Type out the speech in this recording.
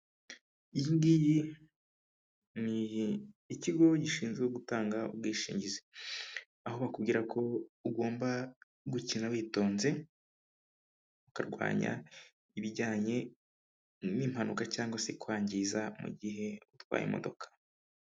Iyi ngiyi ni ikigo gishinzwe gutanga ubwishingizi, aho bakubwira ko ugomba gukina witonze ukarwanya ibijyanye n'impanuka cyangwa se kwangiza mu gihe utwaye imodoka.